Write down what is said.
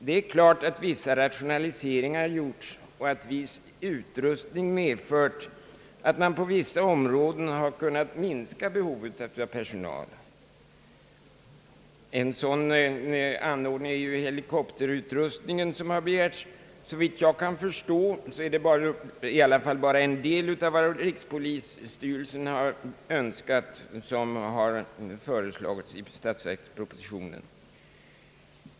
Det är klart att vissa rationaliseringar har gjorts och att viss utrustning medfört, att man på skilda områden har kunnat minska behovet av personal. En sådan anordning är ju den helikopterutrustning som har begärts. Såvitt jag kan förstå är det dock i alla fall bara en del av vad rikspolisstyrelsen har önskat som har föreslagits i statsverkspropositionen.